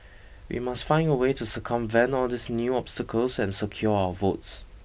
we must find a way to circumvent all these new obstacles and secure our votes